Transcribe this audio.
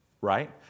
Right